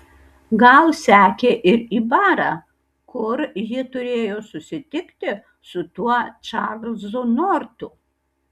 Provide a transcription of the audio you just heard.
gal sekė ir į barą kur ji turėjo susitikti su tuo čarlzu nortu